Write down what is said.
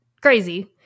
crazy